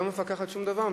לא מפקחת שום דבר,